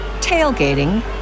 tailgating